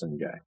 guy